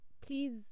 please